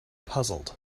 puzzled